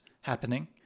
happening